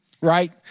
right